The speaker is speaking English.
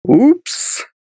oops